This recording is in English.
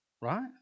right